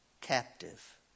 captive